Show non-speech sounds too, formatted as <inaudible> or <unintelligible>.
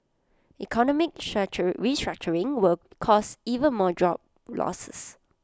economic <unintelligible> restructuring will cause even more job losses